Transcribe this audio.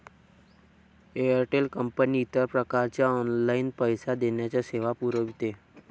Airtel company इतर प्रकारच्या online पैसे देण्याच्या सेवा पुरविते